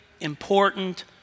important